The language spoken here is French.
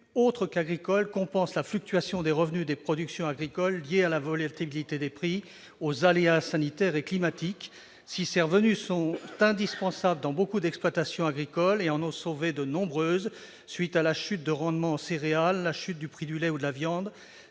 autres qu'agricoles compensent la fluctuation des revenus des productions agricoles, liée à la volatilité des prix, aux aléas sanitaires et climatiques. Si ces revenus sont indispensables dans beaucoup d'exploitations agricoles et en ont sauvé de nombreuses, à la suite de la chute des rendements des céréales, du prix du lait ou de la viande,